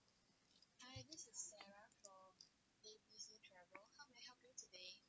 this is the easy travel halfway helped me today